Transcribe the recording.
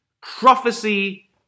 prophecy